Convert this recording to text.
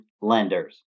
lenders